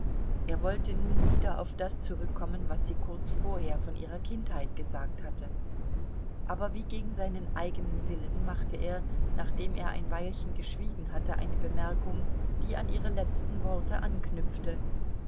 er wollte nun wieder auf das zurückkommen was sie kurz vorher von ihrer kindheit gesagt hatte aber wie gegen seinen eigenen willen machte er nachdem er ein weilchen geschwiegen hatte eine bemerkung die an ihre letzten worte anknüpfte